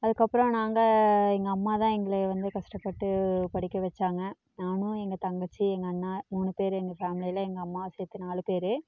அதுக்கப்புறம் நாங்கள் எங்கள் அம்மா தான் எங்களையே வந்து கஷ்டப்பட்டு படிக்க வச்சாங்க நானும் எங்கள் தங்கச்சி எங்கள் அண்ணா மூணு பேர் எங்கள் ஃபேமிலியில எங்கள் அம்மாவை சேர்த்து நாலு பேர்